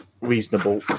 reasonable